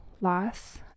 loss